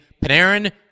Panarin